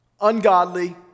ungodly